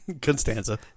constanza